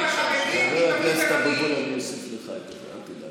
כשמדובר בחרדים